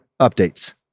updates